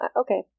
Okay